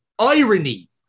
irony